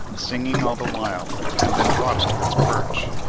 singing all the while, and then drops to its perch.